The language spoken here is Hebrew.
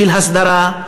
של ההסדרה,